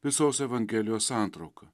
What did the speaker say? visos evangelijos santrauka